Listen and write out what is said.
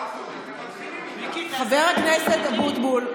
חבר הכנסת אבוטבול,